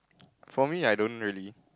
for me I don't really